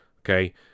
okay